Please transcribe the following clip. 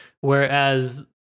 Whereas